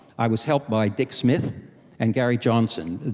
i was helped by dick smith and gary johnson.